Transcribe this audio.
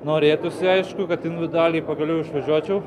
norėtųsi aišku kad dalį pagaliau išvažiuočiau